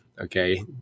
okay